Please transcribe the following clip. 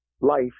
life